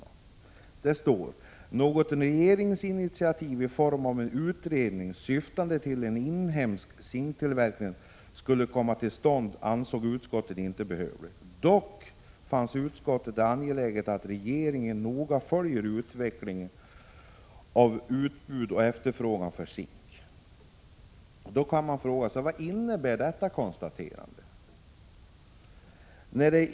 I betänkandet står följande: ”Något regeringsinitiativ i form av en utredning syftande till att en inhemsk zinktillverkning skulle komma till stånd ansåg utskottet inte behövligt. Dock fann utskottet det angeläget att regeringen noga följde utvecklingen av utbudsoch efterfrågesituationen för zink.” Då kan man fråga sig vad detta konstaterande innebär.